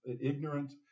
ignorant